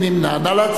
מי נמנע?